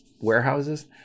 warehouses